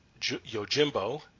Yojimbo